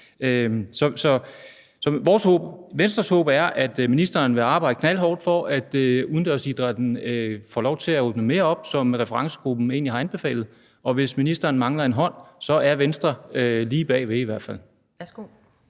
Venstres håb er, at ministeren vil arbejde knaldhårdt for, at udendørsidrætten får lov til at åbne mere op, som referencegruppen egentlig har anbefalet, og hvis ministeren mangler en hånd, er Venstre lige bag ved i hvert fald.